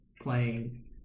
playing